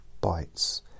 bites